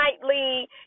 lightly